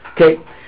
Okay